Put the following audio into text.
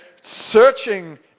searching